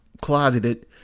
closeted